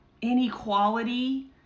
inequality